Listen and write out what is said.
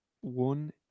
one